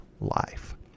life